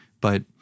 but-